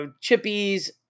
chippies